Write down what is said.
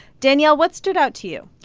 danielle, what stood out to you?